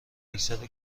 اکثرا